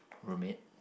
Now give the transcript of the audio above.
roommate